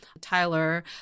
tyler